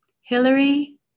Hillary